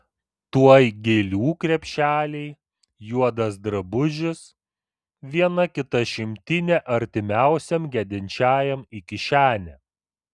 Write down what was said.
tuoj gėlių krepšeliai juodas drabužis viena kita šimtinė artimiausiam gedinčiajam į kišenę